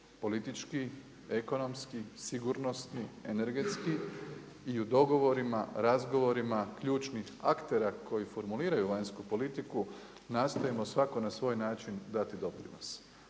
politički, ekonomski, sigurnosni, energetski i u dogovorima, razgovorima ključnih aktera koji formuliraju vanjsku politiku nastojimo svako na svoj način dati doprinos.